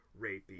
rapey